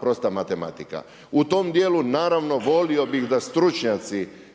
prosta matematika. U tom dijelu naravno volio bih da stručnjaci,